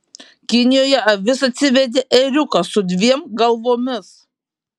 kinijoje avis atsivedė ėriuką su dviem galvomis